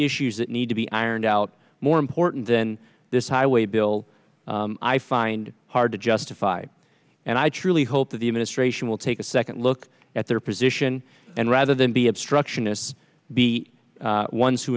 issues that need to be ironed out more important than this highway bill i find hard to justify and i truly hope that the administration will take a second look at their position and rather than be obstructionists the ones who